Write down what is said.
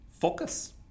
focus